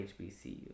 HBCU